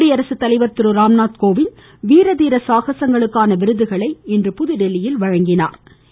குடியரசுத்தலைவர் திருராம்நாத் கோவிந்த் வீரதீர சாகசங்களுக்கான விருதுகளை இன்று வழங்கினாா்